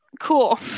Cool